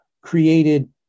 created